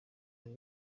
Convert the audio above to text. ari